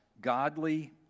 godly